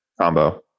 combo